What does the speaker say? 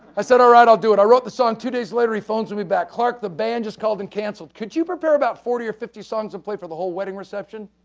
i said, all right. i'll do it. i wrote the song, two days later, he phones me back, clark, the band just called and cancelled. could you prepare about forty or fifty songs and play for the whole wedding reception?